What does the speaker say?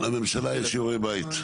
טוב, לממשלה יש שיעורי בית.